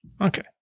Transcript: Okay